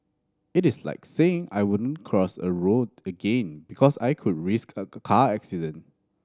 it is like saying I won't cross a road again because I could risk a car accident